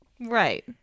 Right